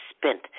spent